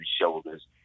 shoulders